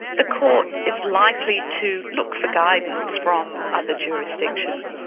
the court is likely to look for guidance from other jurisdictions.